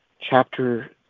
chapter